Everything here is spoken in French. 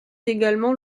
également